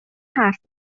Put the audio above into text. حرف